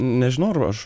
nežinau ar aš